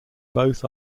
both